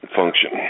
function